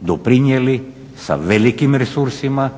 doprinijeli sa velikim resursima,